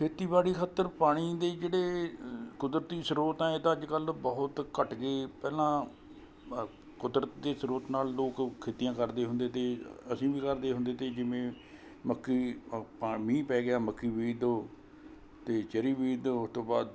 ਖੇਤੀਬਾੜੀ ਖਾਤਰ ਪਾਣੀ ਦੇ ਜਿਹੜੇ ਕੁਦਰਤੀ ਸ੍ਰੋਤ ਹੈ ਇਹ ਤਾਂ ਅੱਜ ਕੱਲ੍ਹ ਬਹੁਤ ਘੱਟ ਗਏ ਪਹਿਲਾਂ ਕੁਦਰਤੀ ਸ੍ਰੋਤ ਨਾਲ ਲੋਕ ਖੇਤੀ ਕਰਦੇ ਹੁੰਦੇ ਤੇ ਅਸੀਂ ਵੀ ਕਰਦੇ ਹੁੰਦੇ ਤੇ ਜਿਵੇਂ ਮੱਕੀ ਪਾ ਮੀਂਹ ਪੈ ਗਿਆ ਮੱਕੀ ਬੀਜ ਦਿਉ ਅਤੇ ਚਰ੍ਹੀਂ ਬੀਜ ਦਿਉ ਤੋਂ ਬਾਅਦ